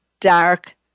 dark